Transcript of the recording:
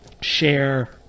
share